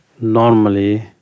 normally